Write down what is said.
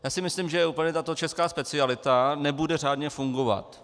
Já si myslím, že úplně tato česká specialita nebude řádně fungovat.